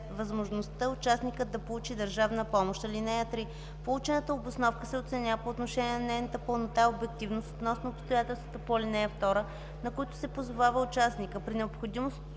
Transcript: възможността участникът да получи държавна помощ. (3) Получената обосновка се оценява по отношение на нейната пълнота и обективност относно обстоятелствата по ал. 2, на които се позовава участникът.